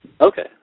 Okay